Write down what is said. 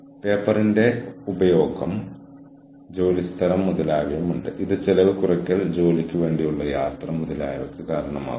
ഈ നെറ്റ്വർക്ക് അല്ലെങ്കിൽ ഇത്തരത്തിലുള്ള മാതൃക ഫ്ലെക്സിബിൾ റിസോഴ്സിംഗ് മോഡൽ എന്നും അറിയപ്പെടുന്നു